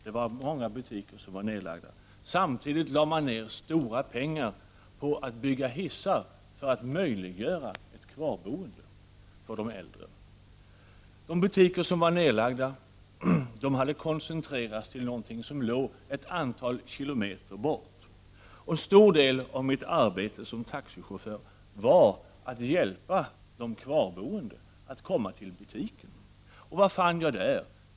Det var många butiker som var nedlagda. Samtidigt lades stora pengar ner på att bygga hissar för att möjliggöra ett kvarboende för de äldre. De butiker som inte var nerlagda hade koncentrerats ett antal kilometer bort. En stor del av mitt arbete som taxichaufför bestod i att hjälpa de kvarboende att komma till butiken. Vad fann jag där?